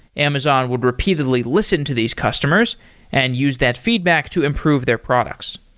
amazon would repeatedly listen to these customers and use that feedback to improve their products.